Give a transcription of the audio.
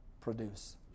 produce